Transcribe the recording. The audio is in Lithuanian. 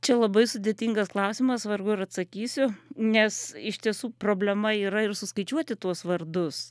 čia labai sudėtingas klausimas vargu ar atsakysiu nes iš tiesų problema yra ir suskaičiuoti tuos vardus